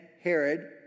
Herod